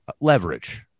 leverage